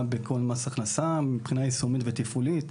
בכל מס הכנסה מבחינה יישומית ותפעולית,